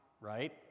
right